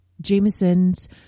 Jameson's